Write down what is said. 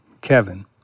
Kevin